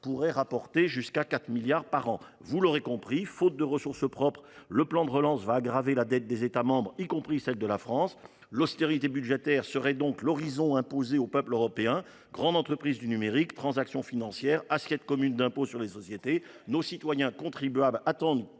pourrait rapporter 4 milliards d’euros par an… Vous l’aurez compris, faute de ressources propres, le plan de relance aggravera la dette des États membres, y compris celle de la France. L’austérité budgétaire serait donc l’horizon imposé aux peuples européens ! Grandes entreprises du numérique, transactions financières, assiette commune d’impôt sur les sociétés : les citoyens contribuables attendent